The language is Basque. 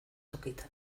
tokitan